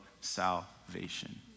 salvation